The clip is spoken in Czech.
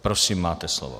Prosím, máte slovo.